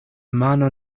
mano